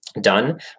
done